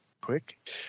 Quick